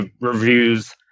reviews